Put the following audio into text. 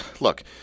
Look